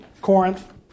Corinth